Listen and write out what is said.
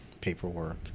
paperwork